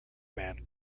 band